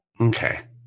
Okay